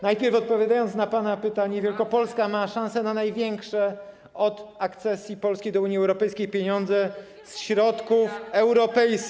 Najpierw odpowiadając na pana pytanie, Wielkopolska ma szansę na największe od akcesji Polski do Unii Europejskiej pieniądze z środków europejskich.